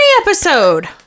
episode